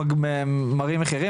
כן, בהחלט.